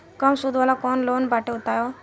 कम सूद वाला कौन लोन बाटे बताव?